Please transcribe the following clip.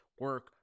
Work